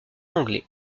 anglais